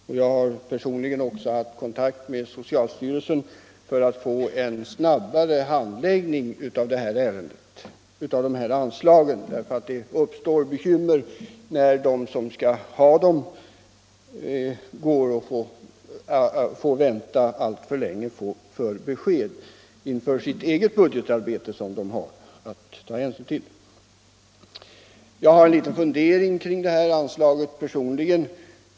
Jag har också personligen haft kontakt med socialstyrelsen för att få en snabbare handläggning av dessa anslagsfrågor, eftersom det blir bekymmersamt när de som skall ha pengarna får vänta alltför länge på besked, när de skall göra upp sin budget med hänsyn till anslaget. Personligen har jag också en liten fundering kring detta anslag.